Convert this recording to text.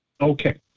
Okay